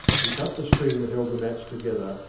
he cut the string that held the mats together,